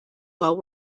while